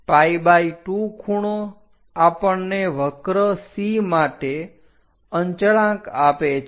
pi2 ખૂણો આપણને વક્ર C માટે અચળાંક આપે છે